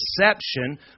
deception